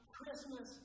Christmas